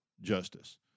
justice